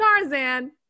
Tarzan